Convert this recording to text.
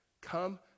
Come